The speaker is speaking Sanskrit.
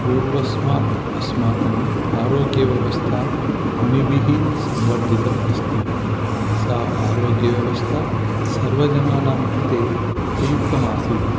पूर्वस्मात् अस्माकम् आरोग्यव्यवस्था मुनिभिः संवर्धितम् अस्ति सा आरोग्यव्यवस्था सर्वजनानां कृते उपयुक्तमासीत्